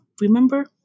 remember